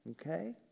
Okay